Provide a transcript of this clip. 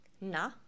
na